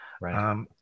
Right